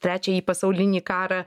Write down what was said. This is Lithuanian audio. trečiąjį pasaulinį karą